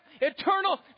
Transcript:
eternal